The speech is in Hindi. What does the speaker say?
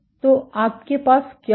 तो आपके पास क्या होगा